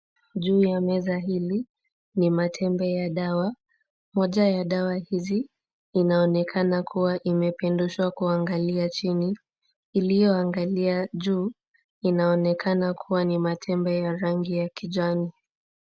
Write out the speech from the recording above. Juu ya meza hili, ni matembe ya dawa. Moja ya dawa hizi inaonekana kuwa imepindushwa kuangalia chini. Iliyo angalia juu, inaonekana kuwa ni matembe ya rangi ya kijani.